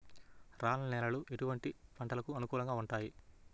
రాళ్ల నేలలు ఎటువంటి పంటలకు అనుకూలంగా ఉంటాయి?